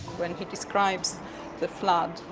well, he describes the flood,